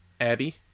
Abby